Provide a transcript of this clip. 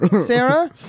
Sarah